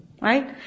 Right